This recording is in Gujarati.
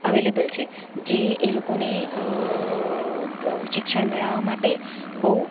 અવેલેબલ છે જે એ લોકોને શિક્ષણ મેળવવા માટે બહુ